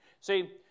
See